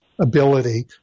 ability